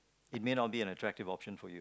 it may not be an attractive option for you